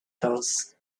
those